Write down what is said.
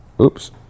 Oops